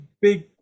big